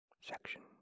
section